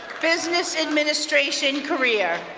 business administration career.